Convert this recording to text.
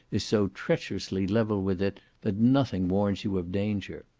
is so treacherously level with it, that nothing warns you of danger.